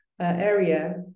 area